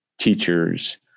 teachers